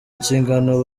inshingano